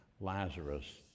lazarus